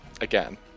again